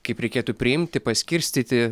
kaip reikėtų priimti paskirstyti